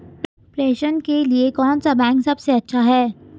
प्रेषण के लिए कौन सा बैंक सबसे अच्छा है?